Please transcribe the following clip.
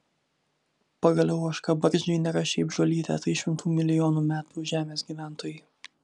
pagaliau ožkabarzdžiai nėra šiaip žolytė tai šimtų milijonų metų žemės gyventojai